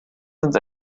sind